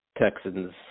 Texans